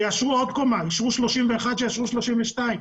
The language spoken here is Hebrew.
יאשרו עוד קומה, אישרו 31 קומות, שיאשרו 32 קומות.